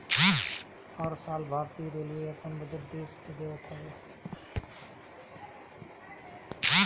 हर साल भारतीय रेलवे अपन बजट देस के देवत हअ